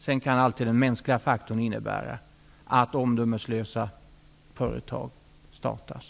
Sedan kan alltid den mänskliga faktorn innebära att omdömeslösa företag startas.